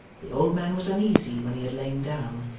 the old man was uneasy when he had lain down,